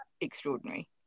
extraordinary